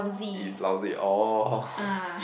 it's lousy oh